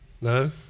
No